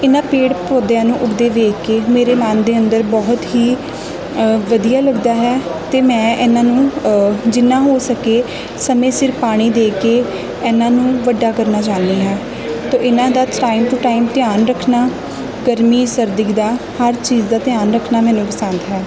ਇਹਨਾਂ ਪੇੜ ਪੌਦਿਆਂ ਨੂੰ ਉਗਦੇ ਵੇਖ ਕੇ ਮੇਰੇ ਮਨ ਦੇ ਅੰਦਰ ਬਹੁਤ ਹੀ ਵਧੀਆ ਲੱਗਦਾ ਹੈ ਅਤੇ ਮੈਂ ਇਹਨਾਂ ਨੂੰ ਜਿੰਨਾ ਹੋ ਸਕੇ ਸਮੇਂ ਸਿਰ ਪਾਣੀ ਦੇ ਕੇ ਇਹਨਾਂ ਨੂੰ ਵੱਡਾ ਕਰਨਾ ਚਾਹੁੰਦੀ ਹਾਂ ਤਾਂ ਇਹਨਾਂ ਦਾ ਟਾਈਮ ਟੂ ਟਾਈਮ ਧਿਆਨ ਰੱਖਣਾ ਗਰਮੀ ਸਰਦੀ ਦਾ ਹਰ ਚੀਜ਼ ਦਾ ਧਿਆਨ ਰੱਖਣਾ ਮੈਨੂੰ ਪਸੰਦ ਹੈ